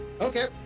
Okay